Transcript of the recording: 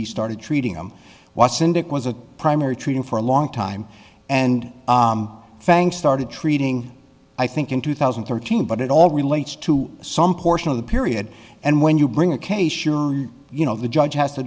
he started treating him wasn't it was a primary treating for a long time and fang started treating i think in two thousand and thirteen but it all relates to some portion of the period and when you bring a case sure you know the judge has to